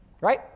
right